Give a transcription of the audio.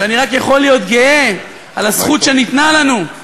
שאני רק יכול להיות גאה על הזכות שניתנה לנו,